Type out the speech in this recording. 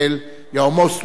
You are most welcome.